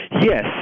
Yes